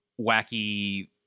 wacky